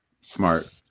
Smart